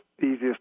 Easiest